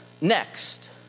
next